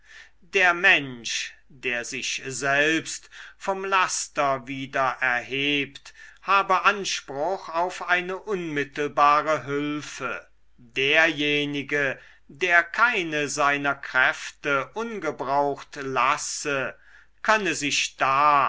der mensch der sich selbst vom laster wieder erhebt habe anspruch auf eine unmittelbare hülfe derjenige der keine seiner kräfte ungebraucht lasse könne sich da